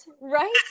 right